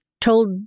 told